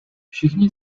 všichni